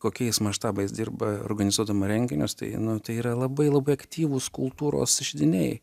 kokiais maštabais dirba organizuodama renginius tai nu tai yra labai labai aktyvūs kultūros židiniai